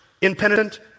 Impenitent